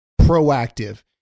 proactive